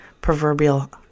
proverbial